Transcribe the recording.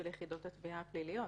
של יחידות התביעה הפליליות.